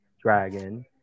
dragon